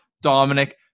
Dominic